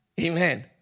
amen